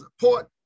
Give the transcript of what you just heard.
support